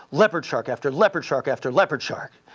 leopard shark after leopard shark after leopard shark.